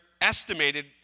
estimated